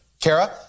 Kara